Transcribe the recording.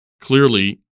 clearly